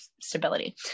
stability